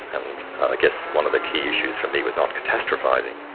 and i guess one of the key issues for me was not catastrophising.